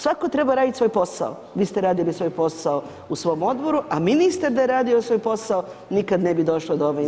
Svatko treba radit svoj posao, vi ste radili svoj posao u svom odboru, a ministar da je radio svoj posao, nikad ne bi došlo do ove interpelacije.